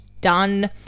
done